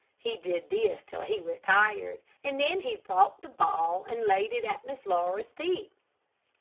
he did this till he was tired, and then he brought the ball and laid it at miss laura's feet.